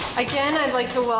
again, i'd like to